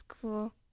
cool